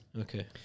Okay